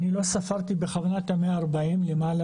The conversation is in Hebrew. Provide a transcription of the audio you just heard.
אני לא ספרתי בכוונה את ה-140 ומה היה